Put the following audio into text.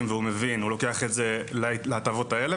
והוא מבין ולוקח את זה להטבות האלה.